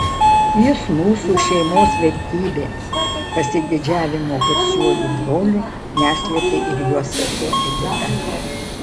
jis mūsų šeimos vertybė pasididžiavimo garsiuoju broliu neslėpė ir jo sesuo edita